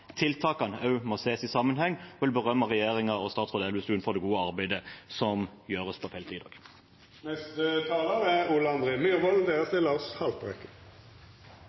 må ses i sammenheng. Jeg vil berømme regjeringen og statsråd Elvestuen for det gode arbeidet som gjøres på feltet i dag. Det er